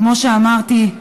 כמו שאמרתי,